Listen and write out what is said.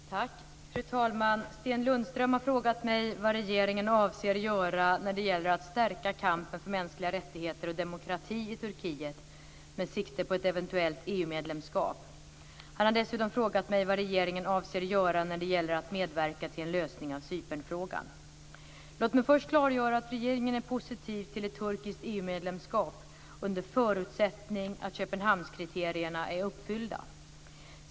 Fru talman! Sten Lundström har frågat mig vad regeringen avser göra när det gäller att stärka kampen för mänskliga rättigheter och demokrati i Turkiet med sikte på ett eventuellt EU-medlemskap. Han har dessutom frågat mig vad regeringen avser göra när det gäller att medverka till en lösning av Cypernfrågan. Låt mig först klargöra att regeringen är positiv till ett turkiskt EU-medlemskap, under förutsättning att Köpenhamnskriterierna är uppfyllda.